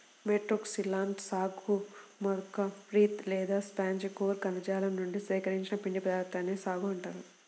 Metroxylon సాగు యొక్క pith లేదా స్పాంజి కోర్ కణజాలం నుండి సేకరించిన పిండి పదార్థాన్నే సాగో అంటారు